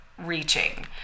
reaching